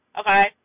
okay